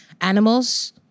animals